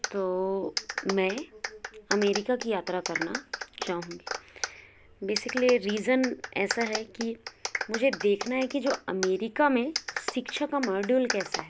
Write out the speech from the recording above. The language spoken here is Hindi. तो मैं अमेरिका की यात्रा करना चाहूँगी बेसिकली रीज़न ऐसा है कि मुझे देखना है कि जो अमेरिका में शिक्षा का मॉडयूल कैसा है